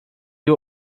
you